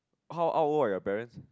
how are old are your parents